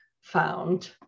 found